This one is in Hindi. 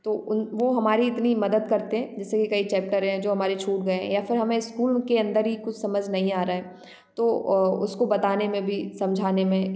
तो उन वह हमारी इतनी मदद करते हैं जैसे कि कई चैप्टर हैं जो हमारे छूट गए हैं या फ़िर हमें स्कूल के अंदर ही कुछ समझ नहीं आ रहा है तो उसको बताने में भी समझाने में